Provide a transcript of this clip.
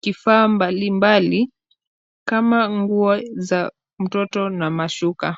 kifaa mbalimbali, kama nguo za mtoto na mashuka.